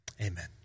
Amen